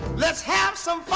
let's have some